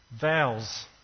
vows